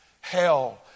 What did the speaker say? Hell